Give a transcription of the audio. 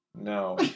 No